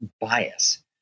bias